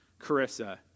Carissa